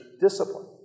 discipline